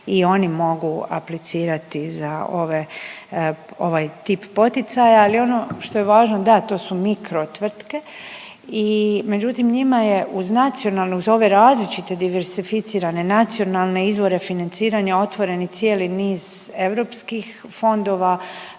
i oni mogu aplicirati za ove, ovaj tip poticaja ali ono što je važno, da to su mikro tvrtke i međutim njima je uz nacionalnu uz ove različite diverzificirane nacionalne izvore financiranja otvoren i cijeli niz europskih fondova,